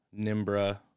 Nimbra